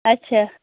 اَچھا